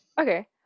Okay